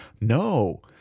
No